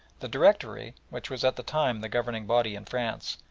the directory, which was at the time the governing body in france,